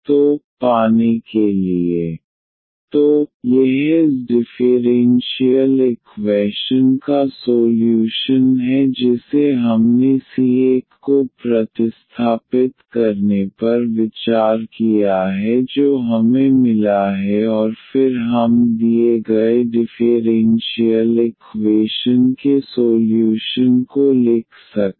तो पाने के लिए ⟹x33 2x2y 2xy2y33c2c3 x3 6xyxyy3c तो यह इस डिफ़ेरेन्शियल इक्वैशन का सोल्यूशन है जिसे हमने c1 को प्रतिस्थापित करने पर विचार किया है जो हमें मिला है और फिर हम दिए गए डिफ़ेरेन्शियल इक्वेशन के सोल्यूशन को लिख सकते हैं